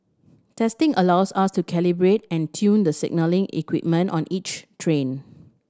testing allows us to calibrate and tune the signalling equipment on each train